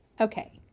Okay